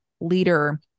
leader